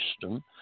system